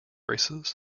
races